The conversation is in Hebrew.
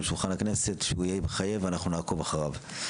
השולחן הכנסת שהוא יהיה מחייב ואנחנו נעקוב אחריו.